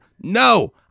No